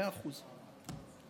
מאה אחוז.